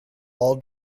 all